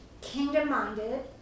kingdom-minded